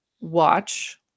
watch